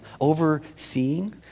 Overseeing